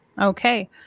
Okay